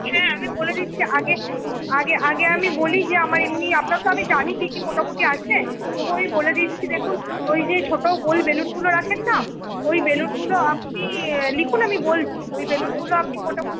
হ্যাঁ আমি বলে দিচ্ছি আগে আগে আগে আমি বলি যে আমার এমনি আপনার তো আমি জানি কী কী মোটামোটি আছে তবু আমি বলে দিচ্ছি দেখুন ওই যে ছোটো গোল বেলুনগুলো রাখেন না ওই বেলুনগুলো আপনি লিখুন আমি বলছি ওই বেলুনগুলো আপনি মোটামোটি